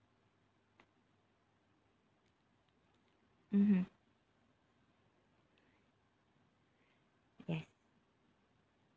mmhmm